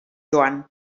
joan